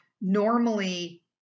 normally